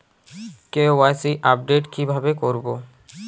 KYC update কিভাবে করবো?